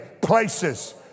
places